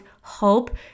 hope